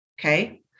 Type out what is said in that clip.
Okay